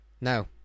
No